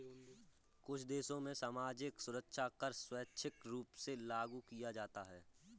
कुछ देशों में सामाजिक सुरक्षा कर स्वैच्छिक रूप से लागू किया जाता है